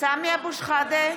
סמי אבו שחאדה,